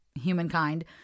humankind